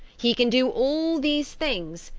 he can do all these things,